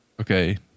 Okay